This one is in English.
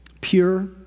Pure